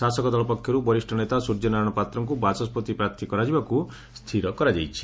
ଶାସକ ଦଳ ପକ୍ଷରୁ ବରିଷ ନେତା ସ୍ରର୍ଯ୍ୟନାରାୟଣ ପାତ୍ରଙ୍କୁ ବାଚସ୍ୱତି ପ୍ରାର୍ଥୀ କରାଯିବାକୁ ସ୍ତିର କରାଯାଇଛି